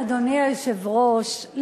אדוני היושב-ראש,